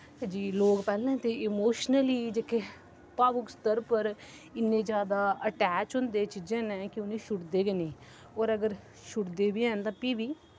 अजीब लोक पैह्लें ते इमोशनली जेह्के भावुक स्तर उप्पर इन्ने जैदा अटैच होंदे चीजें कन्नै क्योंकि छुड़दे गै नेईं और अगर छुड़दे बी हैन तां भी बी